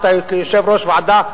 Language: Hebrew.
כיושב-ראש ועדה,